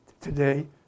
Today